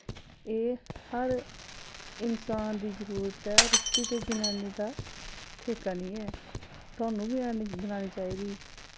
एह् हर इंसान दी जरूरत ऐ रुट्टी ते जनानी दा ठेका निं ऐ तुआनू बी औनी बनानी चाहिदी